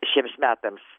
šiems metams